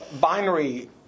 binary